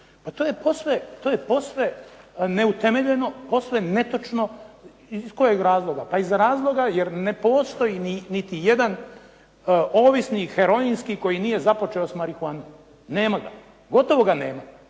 Pa to je posve neutemeljeno, posve netočno. Iz kojeg razloga? Pa iz razloga jer ne postoji niti jedan ovisnik heroinski koji nije započeo s marihuanom, nema ga. Gotovo ga nema,